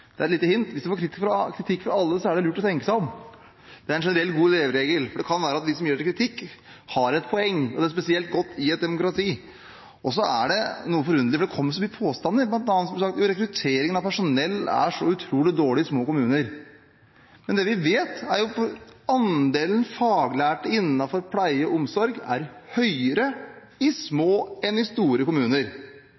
er et lite hint: Hvis man får kritikk fra alle, er det lurt å tenke seg om. Det er en generell, god leveregel, for det kan være at de som gir kritikk, har et poeng – og det er spesielt godt i et demokrati. Og så kommer det så mange forunderlige påstander – bl.a. ble det sagt at rekrutteringen av personell er så utrolig dårlig i små kommuner. Men det vi vet, er at andelen faglærte innenfor pleie og omsorg er høyere i små enn i store kommuner.